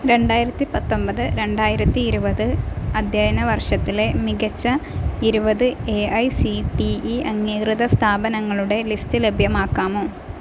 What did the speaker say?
രണ്ടായിരത്തിപത്തൊമ്പത് രണ്ടായിരത്തി ഇരുപത് അധ്യയന വർഷത്തിലെ മികച്ച ഇരുപത് A I C T E അംഗീകൃത സ്ഥാപനങ്ങളുടെ ലിസ്റ്റ് ലഭ്യമാക്കാമോ